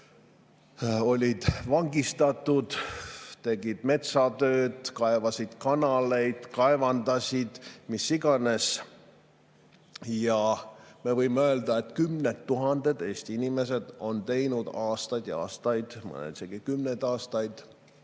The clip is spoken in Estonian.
olid vangistatud, tegid metsatööd, kaevasid kanaleid, kaevandasid – mis iganes. Ja me võime öelda, et kümned tuhanded Eesti inimesed on teinud aastaid ja aastaid, mõned isegi kümneid aastaid